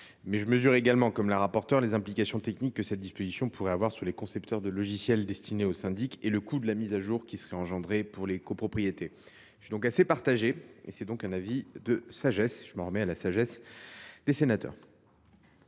Je mesure également, comme Mme la rapporteure, les implications techniques que cette disposition pourrait avoir sur les concepteurs de logiciels destinés aux syndics et le coût de la mise à jour, qui se répercuterait sur les copropriétés. Je suis donc assez partagé et je m’en remets à la sagesse du Sénat.